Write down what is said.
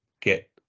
get